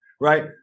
right